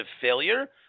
failure